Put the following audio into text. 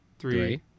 three